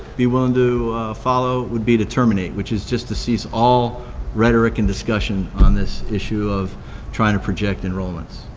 be willing to follow would be to terminate, which is just to cease all rhetoric and discussion on this issue of trying to project enrollments.